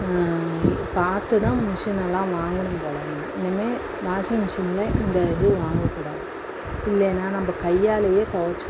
பார்த்து தான் மிஷினையெல்லாம் வாங்கணும் போல் இனிமேல் வாஷிங் மிஷினில் இந்த இது வாங்கக்கூடாது இல்லைனால் நம்ம கையாலேயே துவைச்சுரணும்